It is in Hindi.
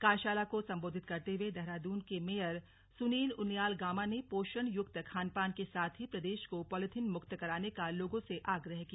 कार्यशाला को संबोधित करते हुए देहरादून के मेयर सुनील उनियाल गामा ने पोषण युक्त खानपान के साथ ही प्रदेश को पॉलिथीन मुक्त कराने का लोगों से आग्रह किया